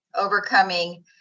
overcoming